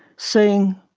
saying,